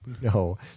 no